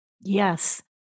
Yes